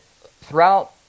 throughout